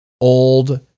old